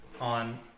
on